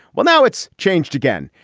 well now it's changed again.